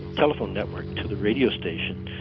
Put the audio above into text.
telephone network to the radio station,